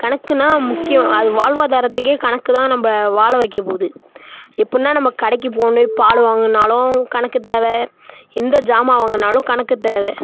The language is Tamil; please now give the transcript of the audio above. கணக்குனா முக்கியம் அது வாழ்வாதாரத்துக்கு கணக்குனா நம்ம வாழ வைக்க போது எப்புடினா நம்ம கடைக்கி போகணும் பால் வாங்கணுனாலும் கணக்கு தேவை எந்த ஜாமான் வாங்கினாலும் கணக்கு தேவை